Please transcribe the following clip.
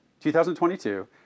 2022